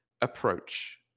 approach